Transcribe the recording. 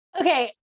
Okay